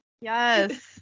yes